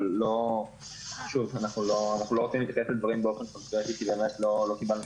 אבל אנחנו לא רוצים להתייחס לדברים באופן קונקרטי כי לא קיבלנו